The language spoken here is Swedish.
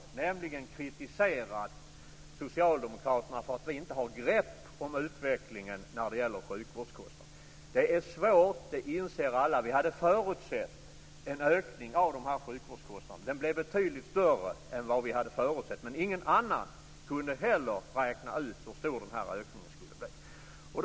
De har nämligen kritiserat Socialdemokraterna för att vi inte har grepp om utvecklingen av sjukvårdskostnaderna. Det är svårt - det inser alla. Vi hade förutsett en ökning av sjukvårdskostnaderna. Den blev betydligt större än vad vi hade förutsett, men ingen annan kunde heller räkna ut hur stor ökningen skulle bli.